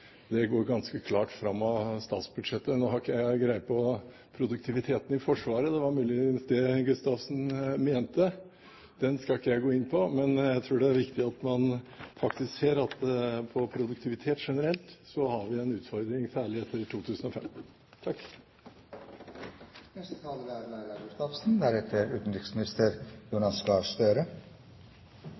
Det går ganske klart fram av statsbudsjettet. Nå har ikke jeg greie på produktiviteten i Forsvaret – det var muligens det Gustavsen mente, den skal jeg ikke gå inn på – men jeg tror det er viktig at man faktisk ser på produktiviteten generelt, og der har vi en utfordring, særlig etter